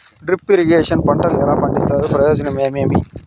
Drip irrigation లో పంటలు ఎలా పండిస్తారు ప్రయోజనం ఏమేమి?